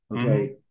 Okay